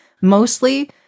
mostly